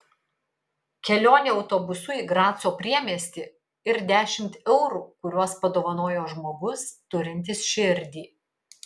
kelionė autobusu į graco priemiestį ir dešimt eurų kuriuos padovanojo žmogus turintis širdį